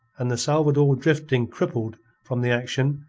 and the salvador drifting crippled from the action,